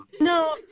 no